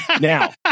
now